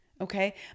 okay